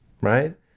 right